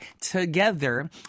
TOGETHER